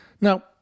Now